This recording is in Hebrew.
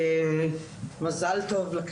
יפה מאוד.